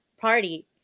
party